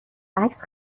عکس